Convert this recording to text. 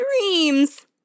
dreams